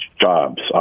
jobs